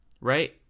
right